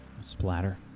Splatter